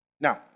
Now